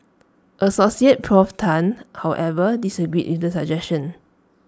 associate Prof Tan however disagreed with the suggestion